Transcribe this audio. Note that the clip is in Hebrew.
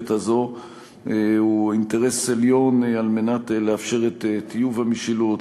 הזו הוא אינטרס עליון על מנת לאפשר את טיוב המשילות,